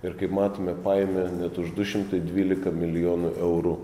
ir kaip matome paėmė net už du šimtai dvylika milijonų eurų